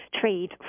trade